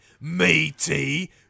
meaty